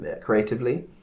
creatively